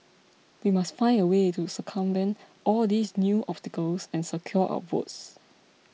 we must find a way to circumvent all these new obstacles and secure our votes